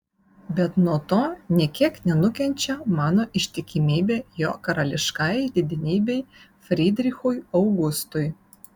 bet nuo to nė kiek nenukenčia mano ištikimybė jo karališkajai didenybei frydrichui augustui